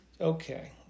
Okay